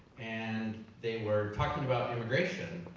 and they were talking about immigration,